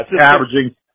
averaging